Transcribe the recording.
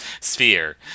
sphere